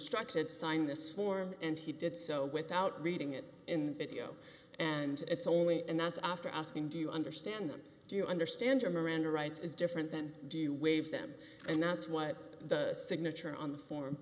instructed to sign this form and he did so without reading it in the video and it's only and that's after asking do you understand do you understand your miranda rights is different than do you wave them and that's what the signature on the for